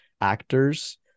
actors